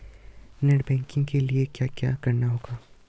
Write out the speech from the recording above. Net banking के लिए क्या करना होगा?